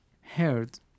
heard